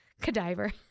Cadaver